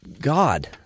God